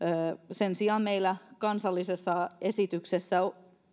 sen sijaan meillä kansallisessa esityksessä